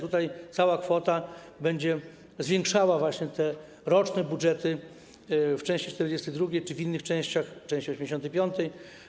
Tutaj cała kwota będzie zwiększała właśnie te roczne budżety w części 42. czy w innych częściach - w części 85.